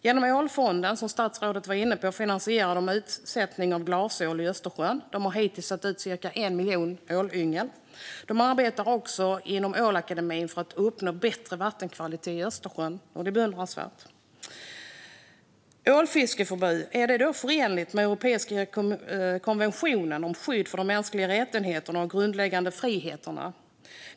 Genom Ålfonden, som statsrådet var inne på, finansierar de utsättning av glasål i Östersjön; de har hittills satt ut cirka 1 miljon ålyngel. De arbetar också inom Ålakademin för att uppnå bättre vattenkvalitet i Östersjön. Det är beundransvärt. Är ålfiskeförbud förenligt med europeiska konventionen om skydd för de mänskliga rättigheterna och de grundläggande friheterna?